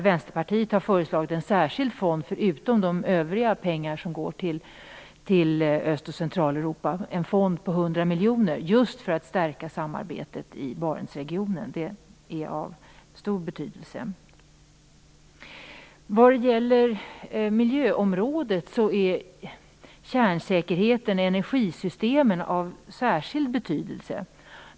Vänsterpartiet har förutom de pengar som går till Öst och Centraleuropa i övrigt föreslagit en fond om 100 miljoner för stärkande av samarbetet i Barentsregionen. Detta är av stor betydelse. På miljöområdet är kärnsäkerheten i energisystemen av särskild betydelse.